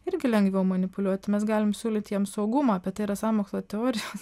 irgi lengviau manipuliuoti mes galim siūlyti jiems saugumą bet tai yra sąmokslo teorijos